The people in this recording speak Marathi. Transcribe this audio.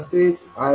तसेच I10